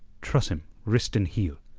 truss him, wrist and heel,